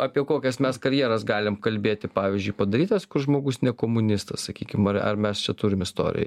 apie kokias mes karjeras galim kalbėti pavyzdžiui padarytas kur žmogus ne komunistas sakykim ar ar mes čia turim istorijoj